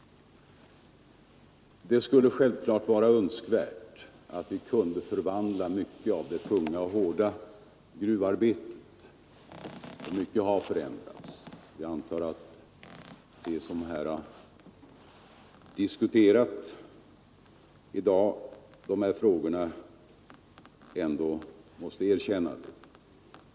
Det skulle självklart vara önskvärt att vi kunde förvandla mycket av det tunga och hårda gruvarbetet. Mycket har förändrats. De som här har diskuterat dessa frågor måste också känna till detta.